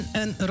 een